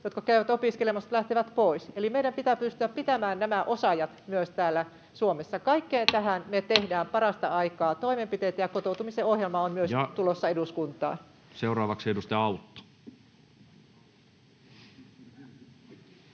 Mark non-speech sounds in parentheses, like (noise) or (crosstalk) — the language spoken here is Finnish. jotka käyvät opiskelemassa mutta lähtevät pois, eli meidän pitää pystyä pitämään myös nämä osaajat täällä Suomessa. (noise) Kaikkeen tähän me tehdään parasta aikaa toimenpiteitä, ja kotoutumisen ohjelma on myös tulossa eduskuntaan. [Speech 73] Speaker: Toinen